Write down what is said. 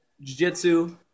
jiu-jitsu